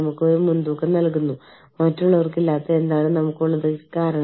കൂടാതെ മാതൃരാജ്യ ഓഫീസും വിദേശ രാജ്യ ഓഫീസും തമ്മിൽ സഖ്യം ഉണ്ടായിരിക്കണം